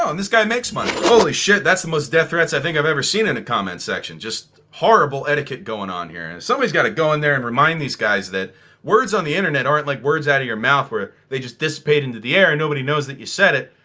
this guy makes money. holy shit. that's the most death threats i think i've ever seen in a comment section. just horrible etiquette going on here, and somebody's got to go in there and remind these guys that words on the internet aren't like words outta your mouth where they just dissipate into the air and nobody knows that you said it.